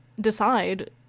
decide